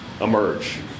emerge